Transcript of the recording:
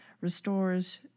restores